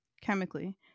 Chemically